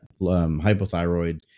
hypothyroid